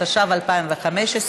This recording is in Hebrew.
התשע"ו 2015,